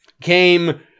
came